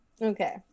okay